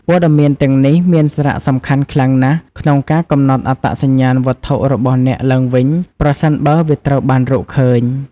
ព័ត៌មានទាំងនេះមានសារៈសំខាន់ខ្លាំងណាស់ក្នុងការកំណត់អត្តសញ្ញាណវត្ថុរបស់អ្នកឡើងវិញ ប្រសិនបើវាត្រូវបានរកឃើញ។